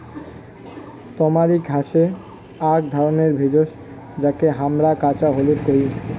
তামারিক হসে আক ধরণের ভেষজ যাকে হামরা কাঁচা হলুদ কোহি